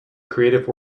creative